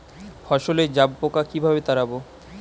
ফসলে জাবপোকা কিভাবে তাড়াব?